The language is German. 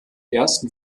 ersten